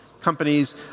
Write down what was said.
companies